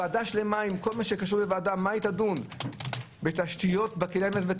ועדה שלמה עם כל מה שקשור לוועדה במה תדון - בתשתיות לענייני